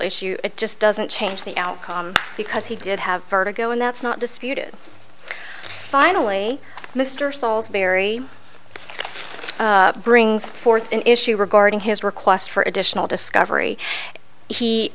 issue it just doesn't change the outcome because he did have vertigo and that's not disputed finally mr solsbury brings forth an issue regarding his request for additional discovery he